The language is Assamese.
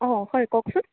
অঁ হয় কওকচোন